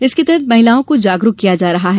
इसके तहत महिलाओं को जागरूक किया जा रहा है